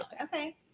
Okay